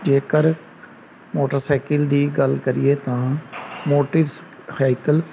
ਜੇਕਰ ਮੋਟਰਸਾਈਕਲ ਦੀ ਗੱਲ ਕਰੀਏ ਤਾਂ ਮੋਟਰਸਾਈਕਲ